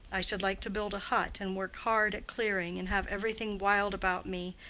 i should like to build a hut, and work hard at clearing, and have everything wild about me,